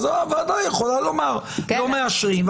הוועדה יכולה לומר: לא מאשרים,